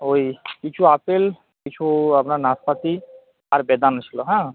ওই কিছু আপেল কিছু আপনার নাসপাতি আর বেদানা ছিলো হ্যাঁ